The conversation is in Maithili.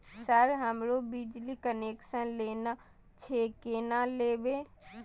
सर हमरो बिजली कनेक्सन लेना छे केना लेबे?